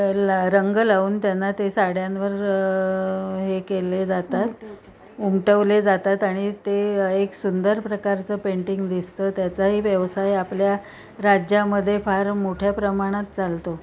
ला रंग लावून त्यांना ते साड्यांवर हे केले जातात उमटवले जातात आणि ते एक सुंदर प्रकारचं पेंटिंग दिसतं त्याचाही व्यवसाय आपल्या राज्यामध्ये फार मोठ्या प्रमाणात चालतो